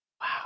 Wow